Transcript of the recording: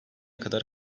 kadar